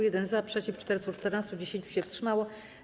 1 - za, przeciw - 414, 10 się wstrzymało.